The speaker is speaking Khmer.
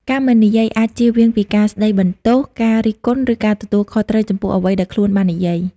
ការមិននិយាយអាចជៀសវាងពីការស្តីបន្ទោស ការរិះគន់ ឬការទទួលខុសត្រូវចំពោះអ្វីដែលខ្លួនបាននិយាយ។